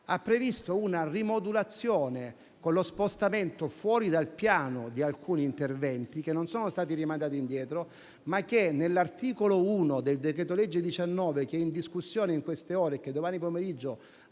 ha previsto una rimodulazione con lo spostamento fuori dal Piano di alcuni interventi, che non sono stati rimandati indietro. L'articolo 1 del decreto-legge n. 19, che è in discussione in queste ore (e domani pomeriggio